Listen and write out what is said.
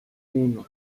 uno